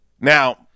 Now